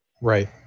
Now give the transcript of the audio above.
Right